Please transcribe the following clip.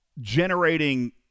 generating